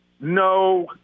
no